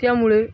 त्यामुळे